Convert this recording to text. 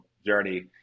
Journey